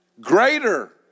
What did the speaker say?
Greater